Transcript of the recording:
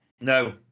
No